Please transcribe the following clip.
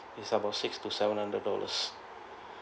it's about six to seven hundred dollars